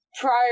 Prior